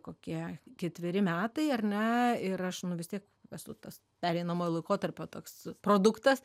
kokie ketveri metai ar ne ir aš nu vis tiek esu tas pereinamojo laikotarpio toks produktas